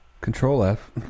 Control-F